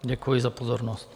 Děkuji za pozornost.